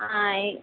ஆ